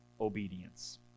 obedience